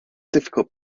difficult